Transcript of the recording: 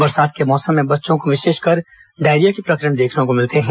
बरसात के मौसम में बच्चों में विशेषकर डायरिया के प्रकरण देखने को मिलते हैं